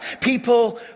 People